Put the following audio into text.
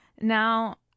Now